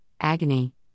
agony